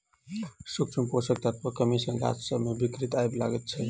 सूक्ष्म पोषक तत्वक कमी सॅ गाछ सभ मे विकृति आबय लागैत छै